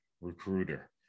recruiter